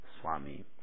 Swami